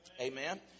Amen